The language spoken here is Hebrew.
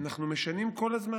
אנחנו משנים כל הזמן,